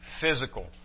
physical